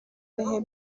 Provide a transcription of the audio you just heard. بهم